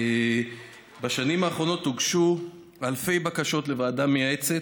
ובשנים האחרונות הוגשו אלפי בקשות לוועדה מייעצת,